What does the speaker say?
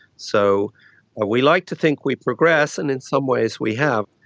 so ah we like to think we progress and in some ways we have,